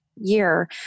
Year